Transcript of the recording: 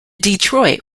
detroit